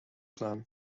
plan